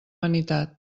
vanitat